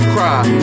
Cry